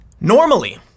Normally